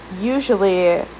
usually